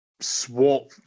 swap